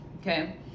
okay